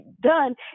done